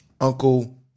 Uncle